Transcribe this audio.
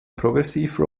progressive